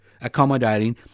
accommodating